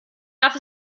darf